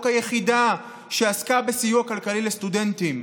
היחידה שעסקה בסיוע כלכלי לסטודנטים.